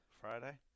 Friday